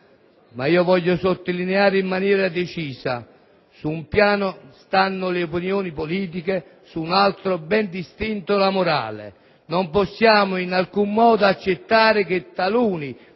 Voglio sottolineare, però, in maniera decisa che su un piano stanno le opinioni politiche, su un altro, ben distinto, la morale. Non possiamo in alcun modo accettare che taluni,